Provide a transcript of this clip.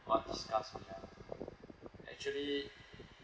what disgusts me ah actually